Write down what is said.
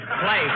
Play